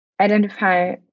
identify